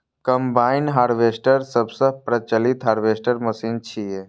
combine harvester सबसं प्रचलित harvester machine छियै